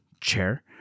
chair